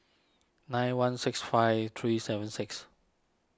nine one six five three seven six